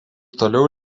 toliau